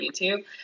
YouTube